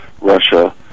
Russia